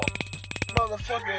Motherfucker